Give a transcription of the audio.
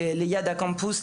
לקמפוס.